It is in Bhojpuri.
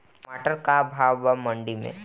टमाटर का भाव बा मंडी मे?